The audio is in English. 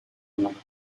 another